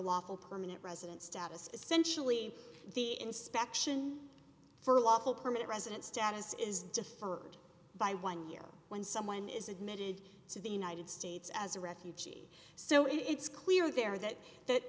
lawful permanent resident status essentially the inspection for lawful permanent resident status is deferred by one year when someone is admitted to the united states as a refugee so it's clear there that that